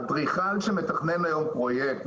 אדריכל שמתכנן היום פרויקט,